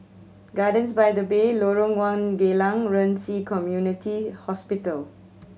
Gardens by the Bay Lorong One Geylang Ren Ci Community Hospital